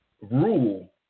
rule